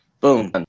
Boom